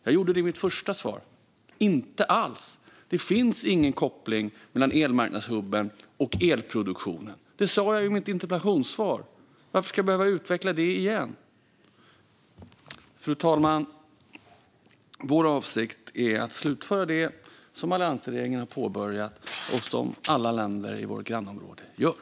Jag gjorde det i mitt första svar: inte alls. Det finns ingen koppling mellan elmarknadshubben och elproduktionen. Det sa jag i mitt interpellationssvar. Varför ska jag behöva utveckla det igen? Fru talman! Vår avsikt är att slutföra det som alliansregeringen har påbörjat och som alla länder i våra grannområden gör.